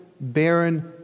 barren